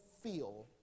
feel